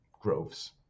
groves